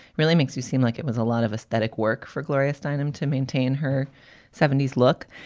really makes you seem like it was a lot of aesthetic work for gloria steinem to maintain her seventy s look.